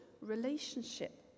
relationship